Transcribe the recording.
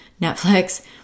Netflix